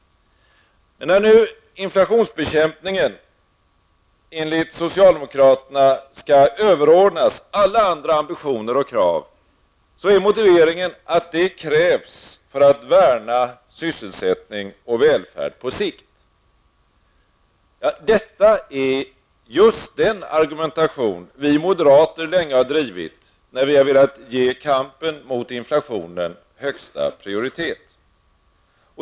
När nu inflationsbekämpningen enligt socialdemokraterna skall överordnas alla andra ambitioner och krav, är motiveringen att det krävs för att värna sysselsättning och välfärd på sikt. Men detta är just den argumentation vi moderater länge har drivit, när vi har velat ge kampen mot inflationen högsta prioritet.